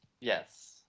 Yes